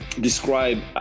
describe